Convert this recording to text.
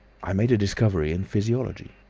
i made a discovery in physiology.